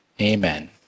Amen